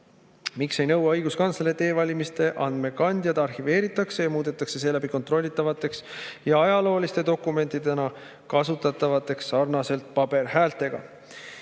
Miks ei nõua õiguskantseler, et e-valimiste andmekandjad arhiveeritakse ja muudetakse seeläbi kontrollitavaks ja ajalooliste dokumentidena kasutatavateks sarnaselt paberil